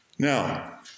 Now